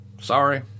sorry